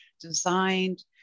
designed